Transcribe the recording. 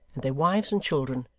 and their wives and children,